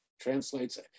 translates